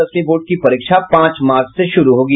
दसवीं बोर्ड की परीक्षा पांच मार्च से शुरू होगी